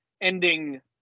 ending